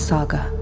Saga